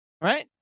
Right